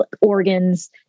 organs